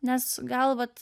nes gal vat